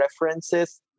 references